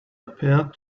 appeared